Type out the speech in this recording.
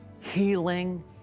healing